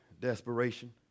Desperation